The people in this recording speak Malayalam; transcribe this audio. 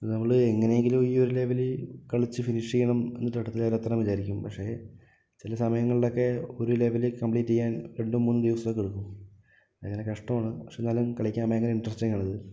നമ്മള് എങ്ങനെയെങ്കിലും ഈ ഒരു ലെവല് കളിച്ച് ഫിനിഷ് ചെയ്യണം എന്നിട്ട് അടുത്ത ലെവലെത്തണം വിചാരിക്കും പക്ഷേ ചില സമയങ്ങളിലൊക്കെ ഒരു ലെവല് കംപ്ലീറ്റ് ചെയ്യാൻ രണ്ടും മൂന്നും ദിവസൊക്കെ എടുക്കും ഭയങ്കര കഷ്ടമാണ് പക്ഷേ കളിക്കാൻ ഭയങ്കര ഇൻട്രസ്റ്റിങ്ങ് ഉള്ളത്